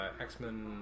X-Men